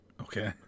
Okay